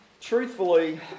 truthfully